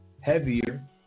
heavier